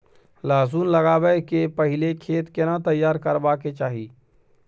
लहसुन लगाबै के पहिले खेत केना तैयार करबा के चाही?